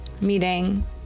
meeting